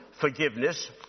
forgiveness